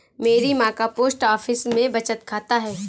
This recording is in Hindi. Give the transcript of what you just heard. मेरी मां का पोस्ट ऑफिस में बचत खाता है